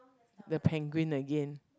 the penguin again